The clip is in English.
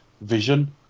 vision